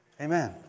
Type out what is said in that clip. Amen